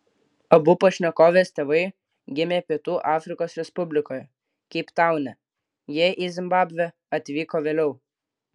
abu pašnekovės tėvai gimė pietų afrikos respublikoje keiptaune jie į zimbabvę atvyko vėliau